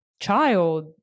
child